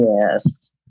Yes